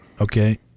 Okay